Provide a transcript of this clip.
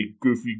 goofy